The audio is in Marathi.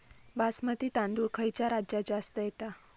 बासमती तांदूळ खयच्या राज्यात जास्त येता?